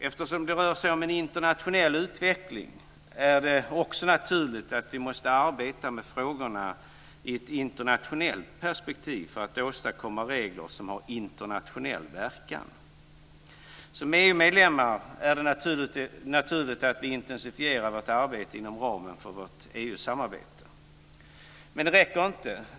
Eftersom det rör sig om en internationell utveckling, är det också naturligt att vi måste arbeta med frågorna i ett internationellt perspektiv för att åstadkomma regler som har internationell verkan. Som EU-medlemmar är det naturligt att vi intensifierar vårt arbete inom ramen för vårt EU-samarbete. Men det räcker inte.